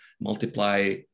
multiply